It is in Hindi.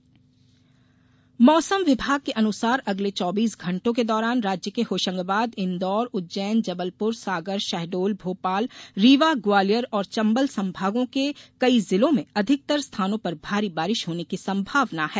मौसम बारिश मौसम विभाग के अनुसार अगले चौबीस घंटो के दौरान राज्य के होशंगाबाद इंदौर उज्जैन जबलपुर सागर शहडोल भोपाल रीवा ग्वालियर और चंबल संभागों के कई जिलों में अधिकतर स्थानों पर भारी बारिश होने की संभावना है